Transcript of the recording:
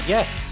Yes